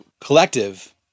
collective